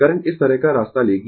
current इस तरह का रास्ता लेगी